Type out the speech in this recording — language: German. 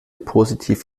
positiv